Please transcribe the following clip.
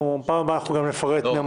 בפעם הבאה גם נפרט.